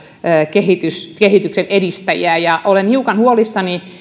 kehityksen kehityksen edistäjiä ja olen hiukan huolissani